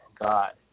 God